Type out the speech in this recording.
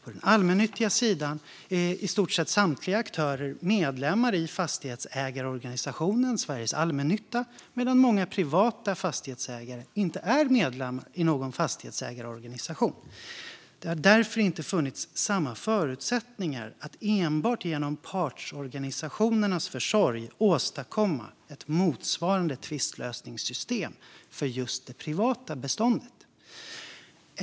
På den allmännyttiga sidan är i stort sett samtliga aktörer medlemmar i fastighetsägarorganisationen Sveriges Allmännytta, medan många privata fastighetsägare inte är medlemmar i någon fastighetsägarorganisation. Det har därför inte funnits samma förutsättningar att enbart genom partsorganisationernas försorg åstadkomma ett motsvarande tvistlösningssystem för just det privata beståndet.